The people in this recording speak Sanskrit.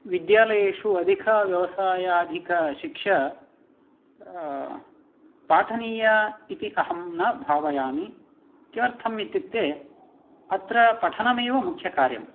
विद्यालयेषु अधिकव्यवसायादिकशिक्षा पाठनीया इति अहं न भावयामि किमर्थम् इत्युक्ते अत्र पठनमेव मुख्यकार्यम्